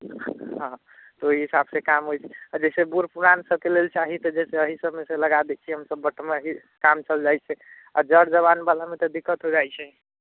हँ तऽ ओहि हिसाबसँ काम होइ छै आओर जइसे बूढ बुढ़ानके लेल चाही तऽ एहिमेसँ हमसब लगा दै छिए बटममे ही काम चलि जाइ छै आओर जर जवानवलामे तऽ दिक्कत हो जाइ छै